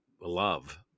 love